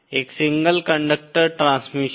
एक single conductor transmission